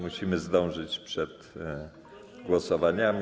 Musimy zdążyć przed głosowaniami.